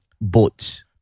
boats